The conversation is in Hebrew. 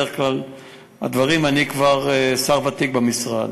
אלה בדרך כלל הדברים, אני כבר שר ותיק במשרד,